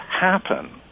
happen